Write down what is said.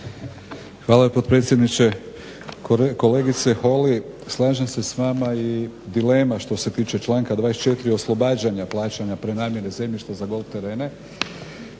Hvala potpredsjedniče. Kolegice Holy slažem se s vama i dilema što se tiče članka 24. oslobađanja plaćanja prenamijene zemljišta za golf terene